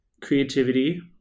creativity